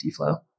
DFlow